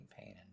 pain